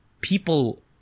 people